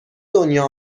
دنیا